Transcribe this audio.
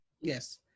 Yes